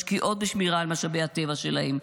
משקיעות בשמירה על משאבי הטבע שלהן,